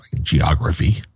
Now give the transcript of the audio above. geography